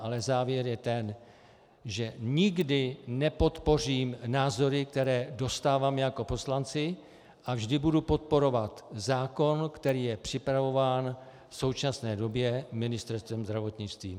Ale závěr je ten, že nikdy nepodpořím názory, které dostáváme jako poslanci, a vždy budu podporovat zákon, který je připravován v současné době Ministerstvem zdravotnictví.